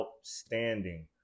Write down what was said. outstanding